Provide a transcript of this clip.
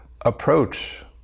approach